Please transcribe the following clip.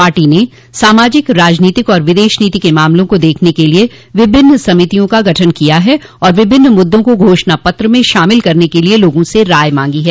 party ने सामाजिक राजनीतिक और विदेश नीति पर मामलों को देखने के लिये विभिन्न समितियों का गठन किया है और विभिन्न मुद्दों को घोषणा पत्र में शामिल करने के लिये लोगों से राय मांगी है